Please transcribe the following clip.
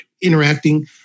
interacting